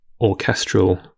orchestral